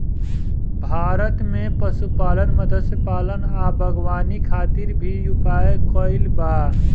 भारत में पशुपालन, मत्स्यपालन आ बागवानी खातिर भी उपाय कइल बा